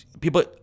People